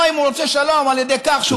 או, אם הוא רוצה שלום, אז על ידי כך, תודה רבה.